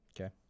Okay